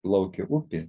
plaukė upė